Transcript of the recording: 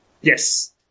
Yes